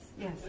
Yes